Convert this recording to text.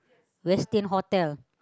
we're staying hotel